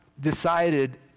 decided